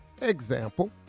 Example